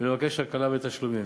ולבקש הקלה בתשלומים.